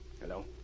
Hello